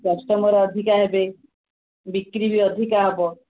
customer ଅଧିକା ହେବେ ବିକ୍ରି ବି ଅଧିକା ହେବ